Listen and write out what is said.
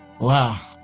wow